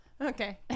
Okay